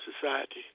society